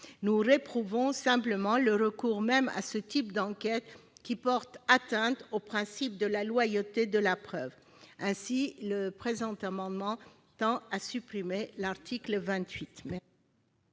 Nous réprouvons simplement le recours à ce type d'enquête, qui porte atteinte au principe de la loyauté de la preuve. Voilà pourquoi le présent amendement vise à supprimer l'article 28.